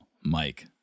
Mike